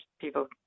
people